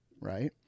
right